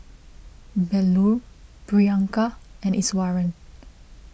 Bellur Priyanka and Iswaran